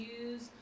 use